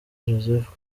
joseph